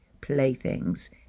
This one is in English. playthings